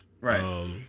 Right